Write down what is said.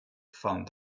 fan